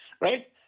right